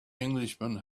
englishman